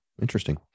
interesting